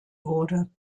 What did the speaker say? wurde